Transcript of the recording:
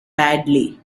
badly